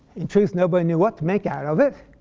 in truth, nobody knew what to make out of it.